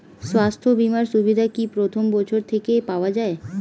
স্বাস্থ্য বীমার সুবিধা কি প্রথম বছর থেকে পাওয়া যায়?